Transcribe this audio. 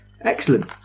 excellent